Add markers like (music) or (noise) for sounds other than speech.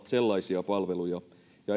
(unintelligible) sellaisia palveluja ja